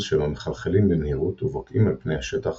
שלו מחלחלים במהירות ובוקעים אל פני השטח